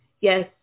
yes